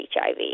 HIV